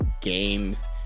games